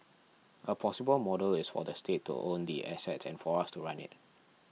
a possible model is for the state to own the assets and for us to run it